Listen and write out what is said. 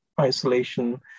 isolation